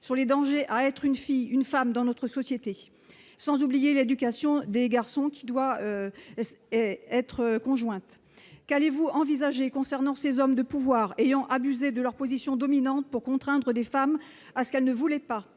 sur les dangers à être une fille, une femme dans notre société, sans oublier l'éducation des garçons qui doit être conjointe qu'allez-vous envisagez concernant ces hommes de pouvoir ayant abusé de leur position dominante pour contraindre les femmes à ce qu'elle ne voulait pas,